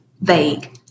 vague